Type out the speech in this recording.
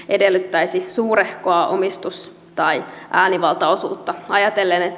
edellyttäisi suurehkoa omistus tai äänivaltaosuutta ajatellen